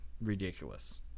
ridiculous